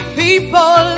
people